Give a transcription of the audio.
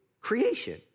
creation